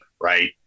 right